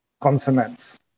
consonants